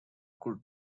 could